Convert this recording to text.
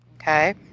Okay